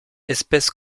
espèce